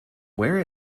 wear